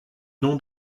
non